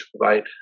provide